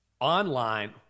Online